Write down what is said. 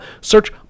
search